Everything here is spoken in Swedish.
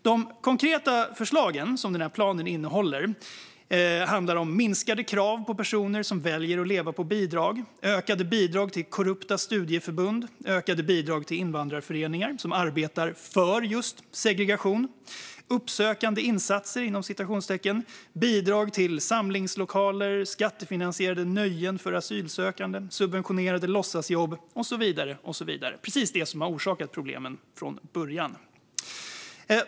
De konkreta förslag som planen innehåller handlar om minskade krav på personer som väljer att leva på bidrag, ökade bidrag till korrupta studieförbund, ökade bidrag till invandrarföreningar som arbetar för just segregation, uppsökande insatser, bidrag till samlingslokaler, skattefinansierade nöjen för asylsökande, subventionerade låtsasjobb och så vidare - precis det som har orsakat problemen från början.